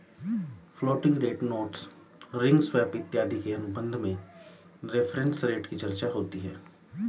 floating rate notes रिंग swap इत्यादि के अनुबंध में रेफरेंस रेट की चर्चा होती है